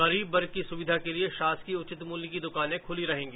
गरीब वर्ग की सुविधा के लिए शासकीय उचित मूल्य की दुकानें खुली रहेंगी